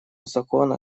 закона